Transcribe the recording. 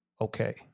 okay